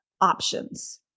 options